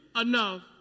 enough